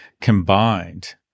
combined